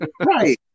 Right